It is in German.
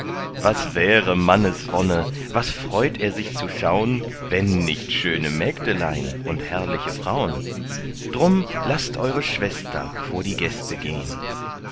was wäre mannes wonne was freut er sich zu schaun wenn nicht schöne mägdelein und herrliche fraun drum laßt eure schwester vor die gäste gehn